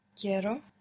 Quiero